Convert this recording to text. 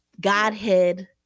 Godhead